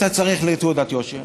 אתה צריך תעודת יושר.